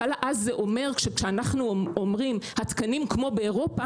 אבל אז זה אומר שכשאנחנו אומרים "התקנים כמו באירופה",